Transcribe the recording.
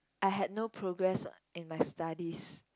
I had no progress in my studies